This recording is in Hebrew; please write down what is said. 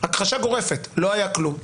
הכחשה גורפת, לא היה כלום.